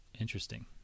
Interesting